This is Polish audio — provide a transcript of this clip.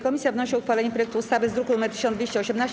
Komisja wnosi o uchwalenie projektu ustawy z druku nr 1218.